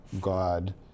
God